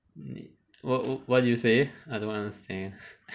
what what did you say I don't understand